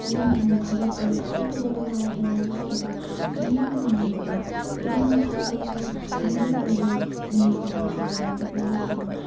ꯄꯨꯛꯅꯤꯡ ꯍꯦꯟꯅ ꯊꯧꯒꯠꯄ ꯐꯖ ꯐꯖꯕ ꯂꯥꯏ ꯀꯌꯥ ꯌꯦꯛꯇꯨꯅ ꯃꯤꯒ ꯃꯥꯟꯅꯗꯕ ꯌꯥꯝꯅ ꯐꯖꯕ ꯌꯨꯅꯤꯛ ꯑꯣꯏꯕ ꯃꯌꯥꯝ ꯂꯥꯏ ꯃꯌꯥꯝ ꯑꯃ ꯌꯦꯛꯇꯨꯅ